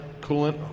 coolant